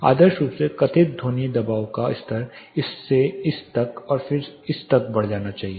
आदर्श रूप से कथित ध्वनि दबाव का स्तर इस से इस तक और फिर इस तक बढ़ जाना चाहिए